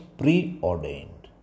preordained